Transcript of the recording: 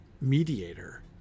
mediator